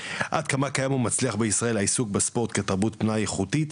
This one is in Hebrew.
עד כמה קיים ומצליח בישראל העיסוק בספורט כתרבות פנאי איכותית,